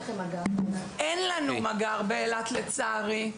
אין לנו מג״ר באילת, לצערי.